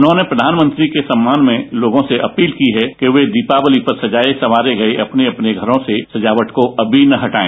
उन्होंने प्रधानमंत्री के सम्मान में लोगों से अपील की है कि ये दीपावली पर सजाए सवारे गए अपने अपने घरों से सजावट को अमी ना हटाए